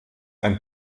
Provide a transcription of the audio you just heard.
ein